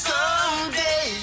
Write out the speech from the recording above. Someday